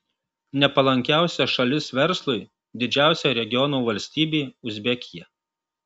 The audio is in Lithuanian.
nepalankiausia šalis verslui didžiausia regiono valstybė uzbekija